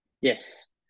Yes